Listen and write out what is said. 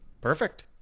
Perfect